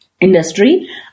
industry